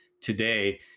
today